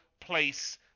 place